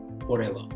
forever